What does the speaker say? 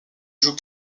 joue